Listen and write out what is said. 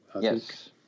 Yes